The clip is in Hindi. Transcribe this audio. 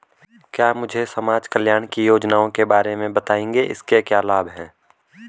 क्या मुझे समाज कल्याण की योजनाओं के बारे में बताएँगे इसके क्या लाभ हैं?